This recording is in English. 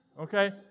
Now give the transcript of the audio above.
Okay